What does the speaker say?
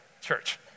church